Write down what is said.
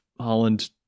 holland